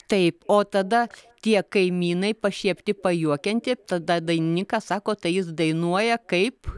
taip o tada tie kaimynai pašiepti pajuokianti tada dainininkas sako tai jis dainuoja kaip